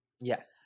Yes